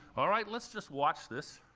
all right. let's just watch this.